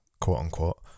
quote-unquote